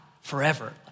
forever